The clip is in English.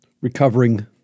recovering